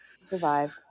survived